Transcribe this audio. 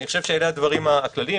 אלה הדברים הכלליים,